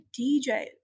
DJ